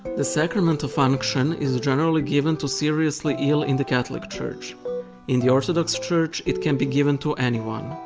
the sacrament of unction is generally given to seriously ill in the catholic church in the orthodox church, it can be given to anyone.